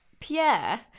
Pierre